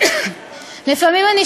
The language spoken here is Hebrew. שלימים התברר שהיה ממוקם בימין בדעותיו,